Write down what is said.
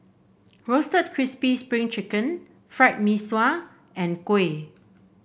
Roasted Crispy Spring Chicken Fried Mee Sua and Kuih